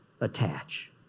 attach